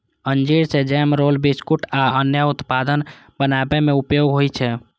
अंजीर सं jam, roll, biscuit आ अन्य उत्पाद बनाबै मे उपयोग होइ छै